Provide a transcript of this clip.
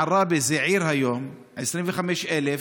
בעראבה, זו עיר היום, 25,000,